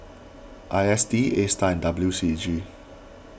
I S D Astar and W C A G